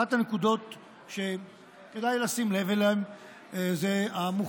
אחת הנקודות שכדאי לשים לב אליהן היא המוכנות,